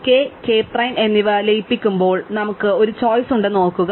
K k prime എന്നിവ ലയിപ്പിക്കുമ്പോൾ നമുക്ക് ഒരു ചോയ്സ് ഉണ്ടെന്ന് ഓർക്കുക